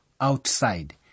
outside